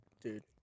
dude